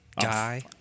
die